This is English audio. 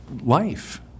life